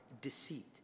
deceit